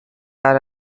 are